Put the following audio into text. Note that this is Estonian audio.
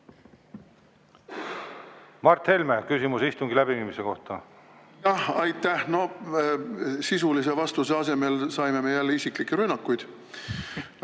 Mart Helme, küsimus istungi läbiviimise kohta. Aitäh! Sisulise vastuse asemel saime me jälle isiklikke rünnakuid.